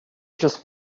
just